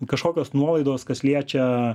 kažkokios nuolaidos kas liečia